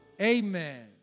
amen